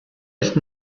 ist